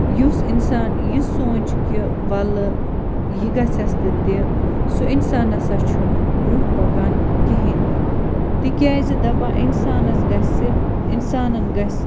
یُس اِنسان یہِ سونٛچہٕ کہِ وَلہٕ یہِ گژھٮ۪س تہٕ تہِ سُہ اِنسان نسا چھُنہٕ برٛونٛہہ پکان کِہیٖنٛۍ نہٕ تِکیٛازِ دپان اِنسانَس گژھِ اِنسانَن گژھِ